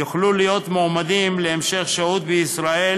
הם יוכלו להיות מועמדים להמשך שהות בישראל